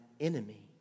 enemy